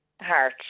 Heart